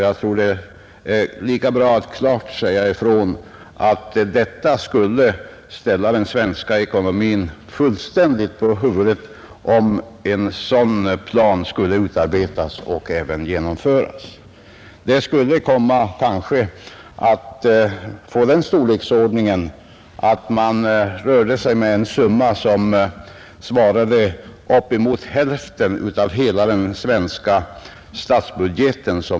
Jag tror att det är lika bra att klart säga ifrån att det skulle ställa den svenska ekonomin fullständigt på huvudet om en sådan plan utarbetades och genomfördes. U-hjälpen skulle då kanske komma upp i den storleken att den skulle utgöra upp emot hälften av hela den nuvarande svenska statsbudgeten.